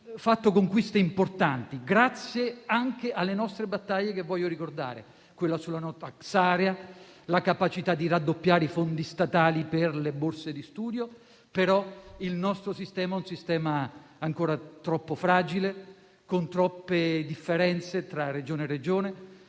fatto conquiste importanti, grazie anche alle nostre battaglie, che voglio ricordare: quella sulla *no tax area* e quella capace di raddoppiare i fondi statali per le borse di studio. Tuttavia il nostro è un sistema ancora troppo fragile, con troppe differenze tra Regione e Regione,